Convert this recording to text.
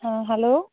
হ্যাঁ হ্যালো